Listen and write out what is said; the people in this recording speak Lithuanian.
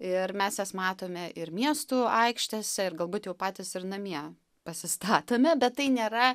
ir mes jas matome ir miestų aikštėse ir galbūt jau patys ir namie pasistatome bet tai nėra